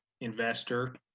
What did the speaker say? investor